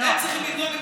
הם צריכים לדאוג.